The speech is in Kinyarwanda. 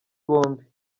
bombi